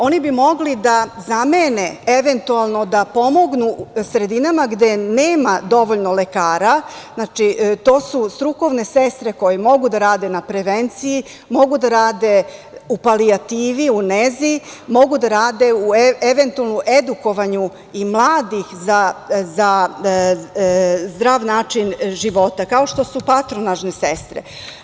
Oni bi mogli da zamene, eventualno da pomognu sredinama gde nema dovoljno lekara, to su strukovne sestre koje mogu da rade na prevenciji, mogu da rade u palijativi, nezi, mogu da rade u eventualnom edukovanju i mladih za zdrav način života, kao što su patronažne sestre.